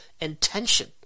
intention